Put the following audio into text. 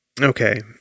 Okay